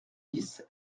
dix